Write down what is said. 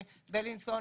בילינסון,